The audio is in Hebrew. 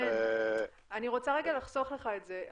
רונן, אני רוצה לרגע לחסוך לך את זה.